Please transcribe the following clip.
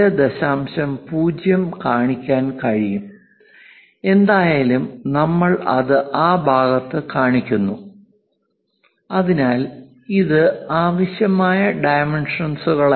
0 കാണിക്കാൻ കഴിയും എന്തായാലും നമ്മൾ അത് ആ ഭാഗത്ത് കാണിക്കുന്നു അതിനാൽ ഇത് ആവശ്യമായ ഡൈമെൻഷനുകളല്ല